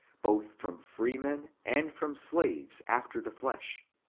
both from freemen and from slaves after the flesh,